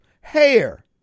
Hair